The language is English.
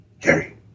Gary